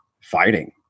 fighting